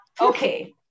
Okay